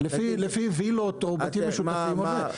לפי וילות או בתים משותפים או לפי שטח חקלאי.